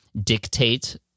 dictate